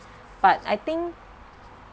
but I think